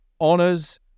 honors